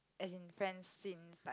as in friends since like